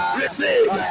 receive